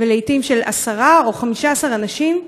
ולעתים של עשרה או 15 אנשים,